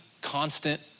constant